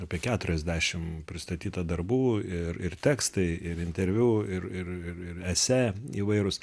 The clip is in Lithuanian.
apie keturiasdešim pristatyta darbų ir ir tekstai ir interviu ir ir ir ir esė įvairūs